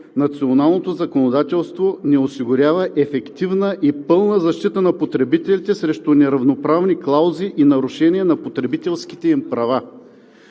националното законодателство не осигурява ефективна и пълна защита на потребителите срещу неравноправни клаузи и нарушения на потребителските им права.